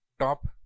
top